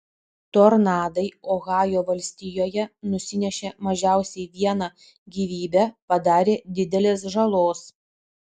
tornadai ohajo valstijoje nusinešė mažiausiai vieną gyvybę padarė didelės žalos